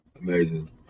amazing